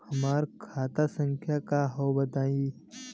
हमार खाता संख्या का हव बताई?